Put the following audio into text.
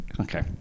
Okay